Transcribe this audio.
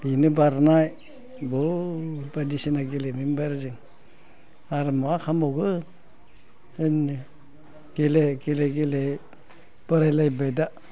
बेनो बारनाय बहुद बायदिसिना गेलेबायमोन आरो जों आरो मा खालामबावो बिदिनो गेले गेले गेले बोराइलायबाय दा